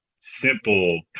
Simple